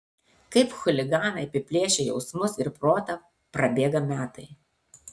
kaip chuliganai apiplėšę jausmus ir protą prabėga metai